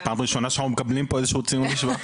פעם ראשונה שאנחנו מקבלים פה איזשהו ציון לשבח.